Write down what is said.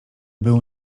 był